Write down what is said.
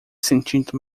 sentindo